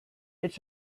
its